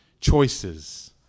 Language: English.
choices